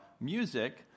music